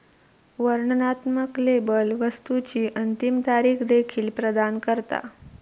वर्णनात्मक लेबल वस्तुची अंतिम तारीख देखील प्रदान करता